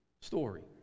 story